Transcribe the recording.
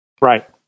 Right